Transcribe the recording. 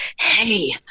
hey